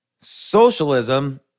Socialism